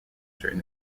during